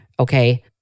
Okay